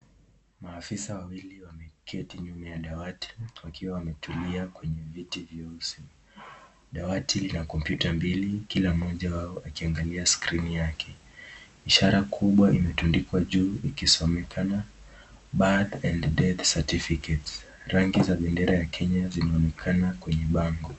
Maafisa wawili wameketi nyuma ya dawati wakiwa wametulia kwenye viti vyeusi. Dawati lina computer,(cs), mbili kila moja wao akiangalia screen,(cs), yake. Ishara kubwa imetundikwa juu ikisomekana Birth and Death Certificate,(cs), rangi za bendera ya Kenya zinaonekana kwenye bango.